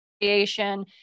creation